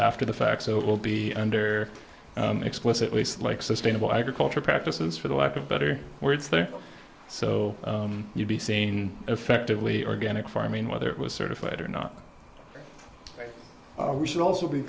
after the fact so it will be under explicit like sustainable agriculture practices for the lack of better words there so you'd be seen effectively organic farming whether it was certified or not we should also be